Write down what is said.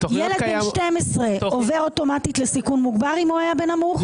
ילד בן 12 עובר אוטומטית לסיכון מוגבר אם הוא היה בנמוך?